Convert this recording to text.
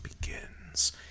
begins